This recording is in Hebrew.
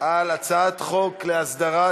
על הצעת חוק להסדרת